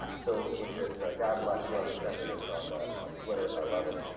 ah so with this ah. god bless you ever sent me this on the on twitter i'd love it